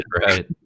right